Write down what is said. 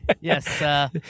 Yes